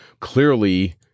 Clearly